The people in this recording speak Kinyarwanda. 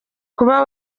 kuba